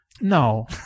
No